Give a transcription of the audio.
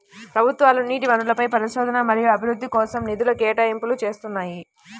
ప్రభుత్వాలు నీటి వనరులపై పరిశోధన మరియు అభివృద్ధి కోసం నిధుల కేటాయింపులు చేస్తున్నాయి